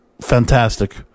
fantastic